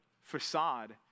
facade